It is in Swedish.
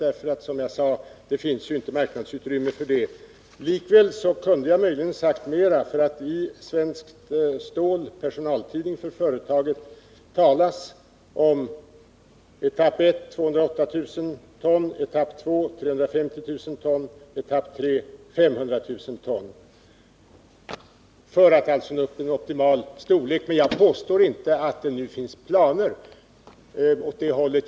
Det finns, som jag också sade, inte marknadsutrymme för det. Likväl kunde jag ha sagt mer, för i Svenskt Stål, personaltidning för företaget, talas om etapp 1 på 208 000 ton, etapp 2 på 350 000 ton och etapp 3 på 500 000 ton för att nå upp till optimal storlek. Men jag påstår inte att det nu finns planer åt det hållet.